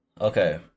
okay